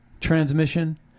transmission